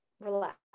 relax